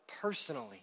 personally